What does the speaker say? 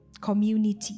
community